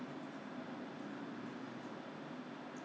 做一点 approval 还是什么 lah I I can't remember